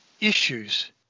issues